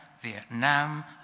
Vietnam